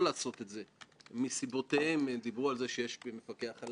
הוועדה הצביעה ואמרה בצורה הכי ברורה שגישה זו היא טעות.